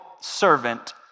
servant